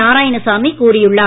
நாராயணசாமி கூறியுள்ளார்